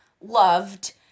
loved